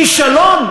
כישלון?